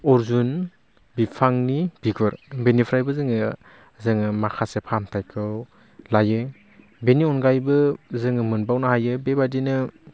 अरजुन बिफांनि बिगुर बेनिफ्रायबो जोङो जोङो माखासे फाहामथाइखौ लायो बेनि अनगायैबो जोङो मोनबावनो हायो बे बायदिनो